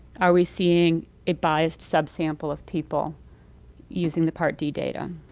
are we seeing a biased subsample of people using the part d data?